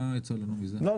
לא,